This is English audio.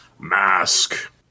mask